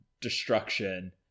destruction